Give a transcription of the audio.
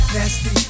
Nasty